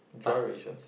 dry rations